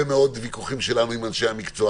מאוד וויכוחים שלנו עם אנשי המקצוע,